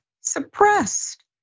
suppressed